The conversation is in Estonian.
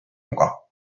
nuga